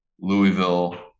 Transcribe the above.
Louisville